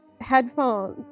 headphones